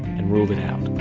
and ruled it out